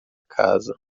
casa